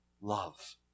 love